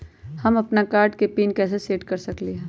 हम अपन कार्ड के पिन कैसे सेट कर सकली ह?